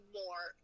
more